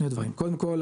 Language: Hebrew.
קודם כל,